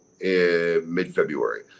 mid-February